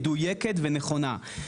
מדויקת ונכונה.